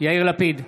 יאיר לפיד,